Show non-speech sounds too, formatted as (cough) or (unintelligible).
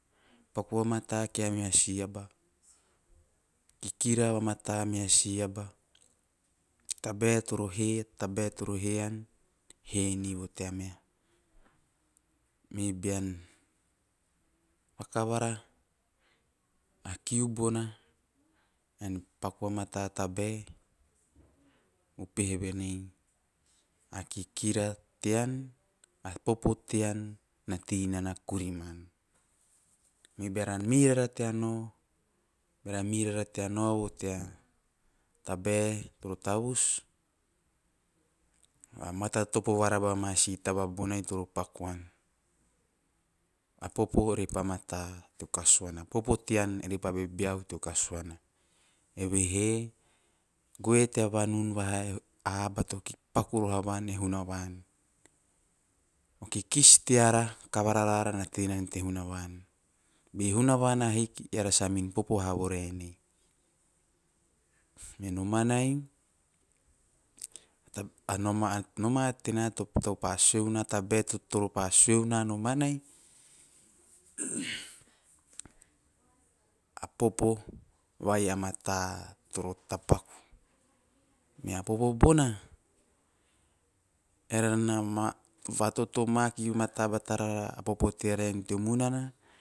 Paku vamata kia meha si aba, kikira vamata meha si aba, a tabae toro he- a tabae toro he an he ni tea meha me bean vakavara a kiu bona ean paku vamatea tabae, upehe venei a kikira tea, a popo tean na teinana kuriman, me beara mei rara tea nao - beara mei rara rea nao vo tea tabae toro tavus va matatopo varaba ama si taba bonai toro paku an a popo ore pa mata teo kasuana a popo tean eve pa bebeahu teo kasuana evehe gue vanum vaha e (unintelligible) a aba to paku roho a van e hunavan be hunavan ahiki eara samin popo a voernei. Me romanai a noma - a noma tena tau pa sueu na, a tabae toro pa sueu na noomai (hesitation) a popo vai a mata toro tapaku, mea popo bona eara na ma (unintelligible) va totomake barata a popo teara en teo munana,